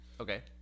Okay